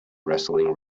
wrestling